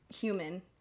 human